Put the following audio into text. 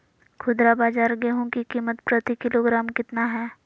खुदरा बाजार गेंहू की कीमत प्रति किलोग्राम कितना है?